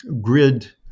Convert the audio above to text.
grid